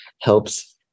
helps